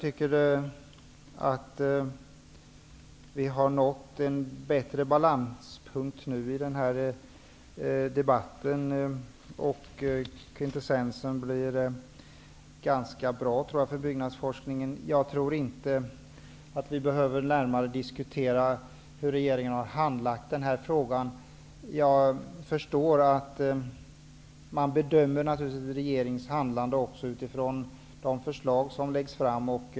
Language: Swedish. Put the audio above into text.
Herr talman! Vi har nått en bättre balanspunkt nu i den här debatten. Jag tror att kvintessensen blir ganska bra för byggnadsforskningen. Vi behöver nog inte närmare diskutera hur regeringen har handlagt den här frågan. Man bedömer naturligtvis regeringens handlande också utifrån de förslag som läggs fram.